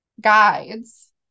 guides